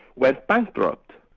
went bankrupt.